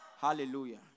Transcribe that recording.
Hallelujah